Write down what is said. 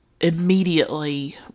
immediately